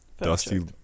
Dusty